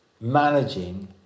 managing